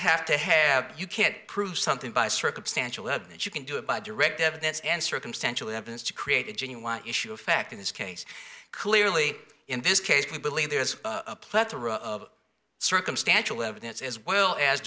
have to have you can't prove something by circumstantial that you can do it by direct evidence and circumstantial evidence to create a genuine issue of fact in this case clearly in this case we believe there is a plethora of circumstantial evidence as well as